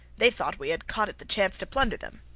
they thought we had caught at the chance to plunder them.